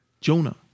Jonah